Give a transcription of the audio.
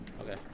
Okay